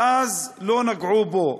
לא נגעו בו.